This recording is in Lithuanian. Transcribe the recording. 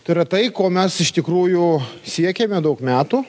tai yra tai ko mes iš tikrųjų siekėme daug metų